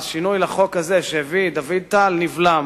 השינוי לחוק הזה שהביא דוד טל נבלם.